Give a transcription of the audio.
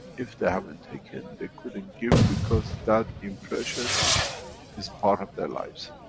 if they haven't taken, they couldn't give because that impression is part of their lives.